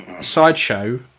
Sideshow